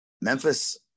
Memphis